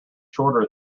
shorter